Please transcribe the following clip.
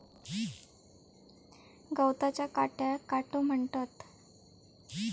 गवताच्या काट्याक काटो म्हणतत